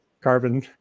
carbon